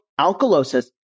alkalosis